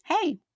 hey